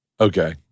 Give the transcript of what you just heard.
Okay